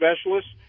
specialists